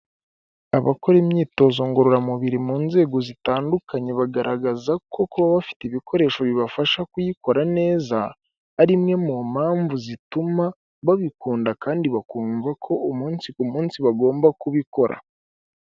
Abakora imyitozo ngororamubiri mu nzego zitandukanye bagaragaza ko kuba bafite ibikoresho bibafasha kuyikora neza ari imwe mu mpamvu zituma babikunda kandi bakumva ko umunsi ku munsi bagomba kubikora.